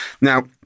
Now